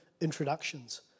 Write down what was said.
introductions